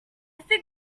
think